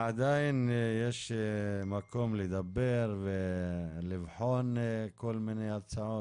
עדיין יש מקום לדבר ולבחון כל מיני הצעות,